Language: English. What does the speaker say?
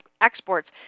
exports